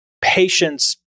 Patience